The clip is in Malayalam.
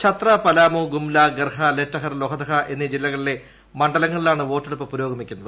ഛത്ര പലാമു ഗുംല ഗർഹ ലെറ്റഹർ ലൊഹദഹ എന്നീ ജില്ലകളിലെ മണ്ഡലങ്ങളിലാണ് വോട്ടെടുപ്പ് പുരോഗമിക്കുന്നത്